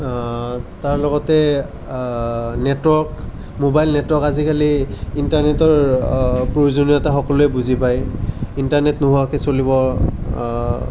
তাৰ লগতে network mobile network আজিকালি ইন্টাৰনেটৰ প্ৰয়োজনীয়তা সকলোৱে বুজি পায় ইন্টাৰনেট নোহোৱাকৈ চলিব